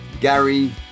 Gary